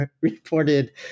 reported